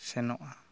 ᱥᱮᱱᱚᱜᱼᱟ